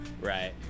Right